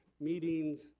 meetings